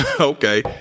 okay